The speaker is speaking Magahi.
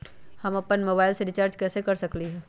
हम अपन मोबाइल में रिचार्ज कैसे कर सकली ह?